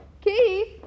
Keith